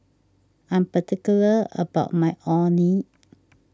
I am particular about my Orh Nee